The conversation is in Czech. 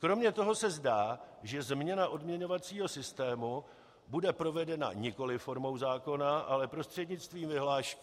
Kromě toho se zdá, že změna odměňovacího systému bude provedena nikoli formou zákona, ale prostřednictvím vyhlášky.